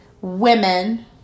women